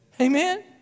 Amen